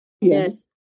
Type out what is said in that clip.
Yes